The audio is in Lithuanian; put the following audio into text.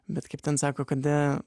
bet kaip ten sako kada